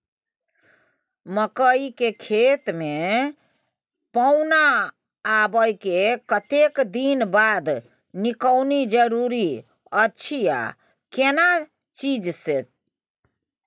मकई के खेत मे पौना आबय के कतेक दिन बाद निकौनी जरूरी अछि आ केना चीज से?